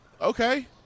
okay